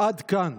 עד כאן.